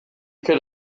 could